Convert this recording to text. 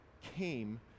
came